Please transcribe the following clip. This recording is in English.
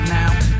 now